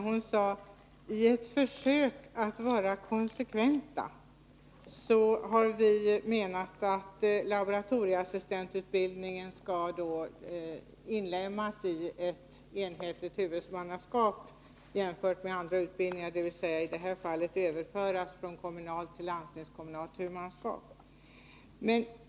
Hon sade att utskottet i ett försök att vara konsekvent hade menat att laboratorieassistentutbildningen skulle inlemmas i ett enhetligt huvudmannaskap dvs. i det här fallet överföras från kommunalt till landstingskommunalt huvudmannaskap.